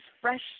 fresh